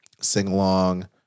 sing-along